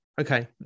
Okay